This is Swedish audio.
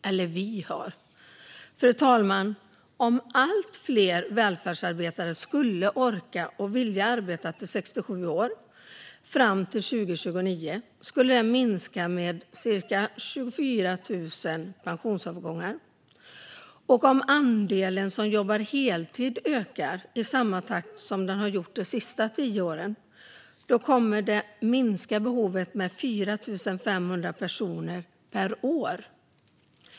Men, fru talman, om allt fler välfärdsarbetare skulle orka och vilja arbeta till 67 år fram till 2029 skulle det minska pensionsavgångarna med 24 000, och om andelen som jobbar heltid ökar i samma takt som under de senaste tio åren kommer behovet att minska med 4 500 personer per år.